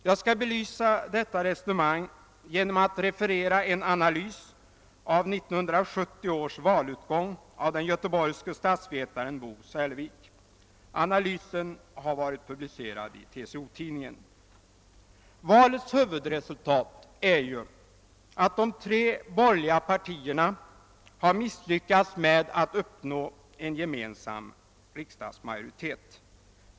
Jag skall belysa detta resonemang genom att referera en analys av 1970 års valutgång av den göteborgske statsve taren Bo Särlevik. Analysen har varit publicerad i TCO-tidningen. Valets huvudresultat är att de tre borgerliga partierna har misslyckats med att uppnå en gemensam riksdagsmajoritet.